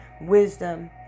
wisdom